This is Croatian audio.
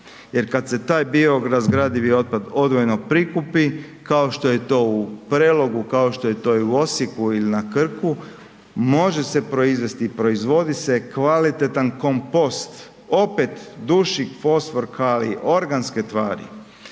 Jer kad se taj biorazgradivi otpad odvojeno prikupi kao što je to u Prelogu, kao što je to i u Osijeku il na Krku, može se proizvesti i proizvodi se kvalitetan kompost, opet dušik, fosfor, kalij, organske tvari.